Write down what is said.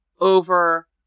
over